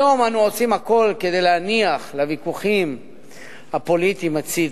היום אנו עושים הכול כדי להניח לוויכוחים הפוליטיים הצדה.